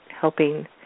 helping